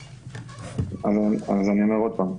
אני אומר עוד פעם,